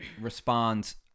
responds